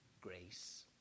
grace